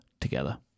together